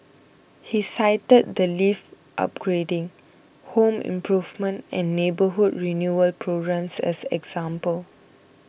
he cited the lift upgrading home improvement and neighbourhood renewal programmes as examples